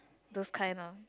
those kind lor